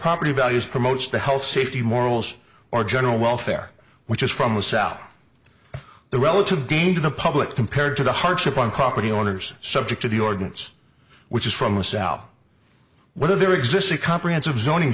property values promotes the health safety morals or general welfare which is from the south the relative gain to the public compared to the hardship on property owners subject to the ordinance which is from the south whether there exists a comprehensive zoning